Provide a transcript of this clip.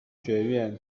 学院